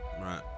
Right